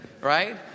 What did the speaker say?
right